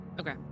Okay